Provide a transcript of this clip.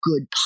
good